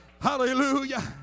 Hallelujah